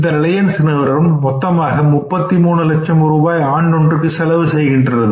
இந்த ரிலையன்ஸ் நிறுவனம் மொத்தமாக 33 லட்சம் ரூபாய் ஆண்டொன்றுக்கு செலவு செய்கிறது